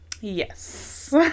Yes